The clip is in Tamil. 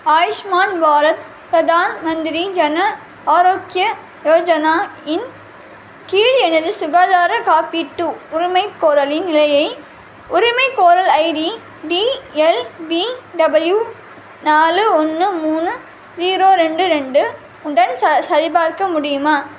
ஆயுஷ்மான் பாரத் பிரதான் மந்திரி ஜன ஆரோக்ய யோஜனா இன் கீழ் எனது சுகாதார காப்பீட்டு உரிமைகோரலின் நிலையை உரிமைகோரல் ஐடி டிஎல்பிடபிள்யூ நாலு ஒன்று மூணு ஜீரோ ரெண்டு ரெண்டு உடன் ச சரிபார்க்க முடியுமா